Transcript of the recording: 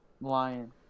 Lion